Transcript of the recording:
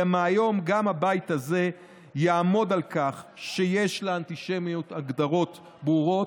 אלא מהיום גם הבית הזה יעמוד על כך שיש לאנטישמיות הגדרות ברורות,